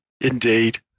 Indeed